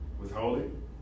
Withholding